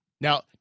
Now